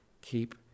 keep